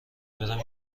برم